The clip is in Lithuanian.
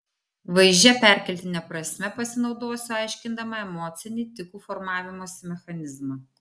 vaizdžia perkeltine prasme pasinaudosiu aiškindama emocinį tikų formavimosi mechanizmą